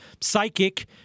psychic